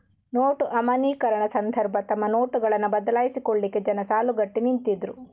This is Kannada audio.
ನೋಟು ಅಮಾನ್ಯೀಕರಣ ಸಂದರ್ಭ ತಮ್ಮ ನೋಟುಗಳನ್ನ ಬದಲಾಯಿಸಿಕೊಳ್ಲಿಕ್ಕೆ ಜನ ಸಾಲುಗಟ್ಟಿ ನಿಂತಿದ್ರು